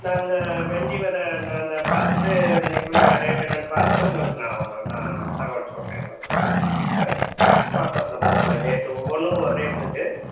நான் அந்த வெண்டை விதை நான் அந்த பார்த்துட்டு இன்றைக்குள் ரேட் என்னென்னு பார்த்துட்டு உங்களுக்கு நான் நான் தகவல் சொல்கிறேன் உங்களுக்கு ஆ வாட்ஸ்அப்பில் போட்டு விட்றேன் ரேட் ஒவ்வொன்றும் ஒரு ரேட் இருக்குது